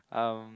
um